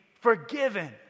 forgiven